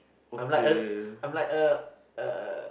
I'm like uh I'm like uh